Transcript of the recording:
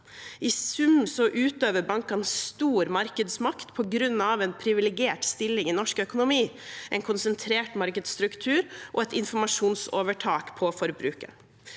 I sum utøver bankene stor markedsmakt på grunn av en privilegert stilling i norsk økonomi, en konsentrert markedsstruktur og et informasjonsovertak på forbrukeren.